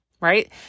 right